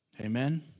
Amen